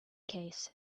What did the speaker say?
case